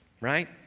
Right